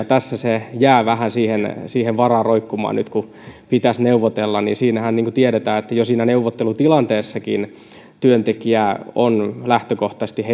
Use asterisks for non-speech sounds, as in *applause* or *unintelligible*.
*unintelligible* tässä se jää vähän sen varaan roikkumaan nyt kun pitäisi neuvotella niin niin kuin tiedetään jo siinä neuvottelutilanteessakin työntekijä on lähtökohtaisesti *unintelligible*